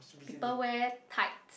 people wear tights